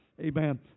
amen